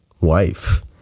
wife